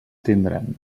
tindrem